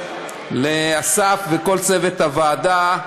לאסף וכל צוות הוועדה,